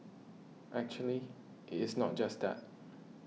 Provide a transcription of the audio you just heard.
actually it is not just that